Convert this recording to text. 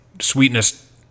sweetness